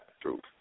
True